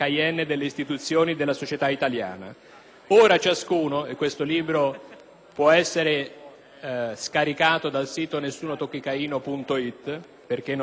Ora ciascuno» questo libro può essere scaricato dal sito nessunotocchicaino.it, perché non è più stato ristampato